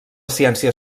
ciència